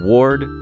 Ward